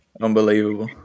Unbelievable